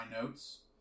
notes